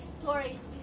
stories